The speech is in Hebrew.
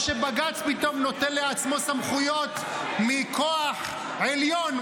או שבג"ץ פתאום נוטל לעצמו סמכויות מכוח עליון,